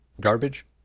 garbage